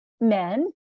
men